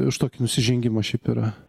už tokį nusižengimą šiaip yra